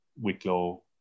Wicklow